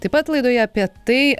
taip pat laidoje apie tai